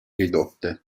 ridotte